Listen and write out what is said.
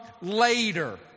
later